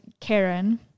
Karen